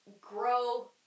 grow